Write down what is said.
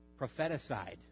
propheticide